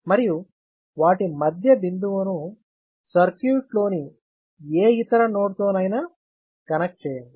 మరియు వాటి మధ్య బిందువును సర్క్యూట్లోని ఏ ఇతర నోడ్తోనైనా పరిష్కారాన్ని మార్చకుండా కనెక్ట్ చేయండి